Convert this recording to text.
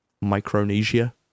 Micronesia